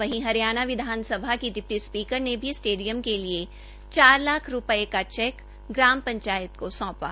वहीं हरियाणा विधानसभा की डिप्टी स्पीकर ने भी स्टेडियम के लिए चार लाख रुपए का चैक ग्राम पंचायत को सौंपा